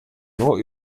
nur